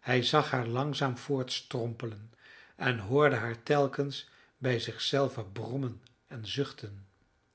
hij zag haar langzaam voortstrompelen en hoorde haar telkens bij zich zelve brommen en zuchten